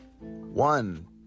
One